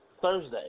Thursday